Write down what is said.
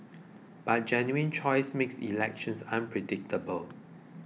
but genuine choice makes elections unpredictable